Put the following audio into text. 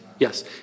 Yes